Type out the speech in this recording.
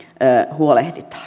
huolehditaan